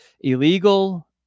illegal